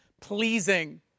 pleasing